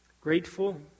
grateful